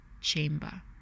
chamber